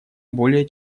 более